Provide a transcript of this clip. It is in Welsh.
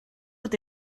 ydy